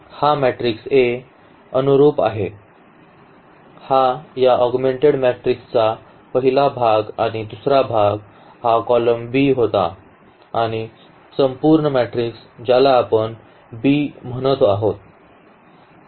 हा matrix A ला अनुरुप आहे हा या ऑगमेंटेड मॅट्रिक्सचा पहिला भाग आणि दुसरा भाग हा कॉलम b होता आणि संपूर्ण मॅट्रिक्स ज्याला आपण म्हणत आहोत